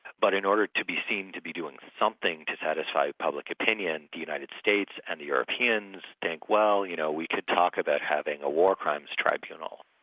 but in order to be seen to be doing something to satisfy public opinion, the united states and the europeans think, well, you know, we could talk about having a war crimes tribunal.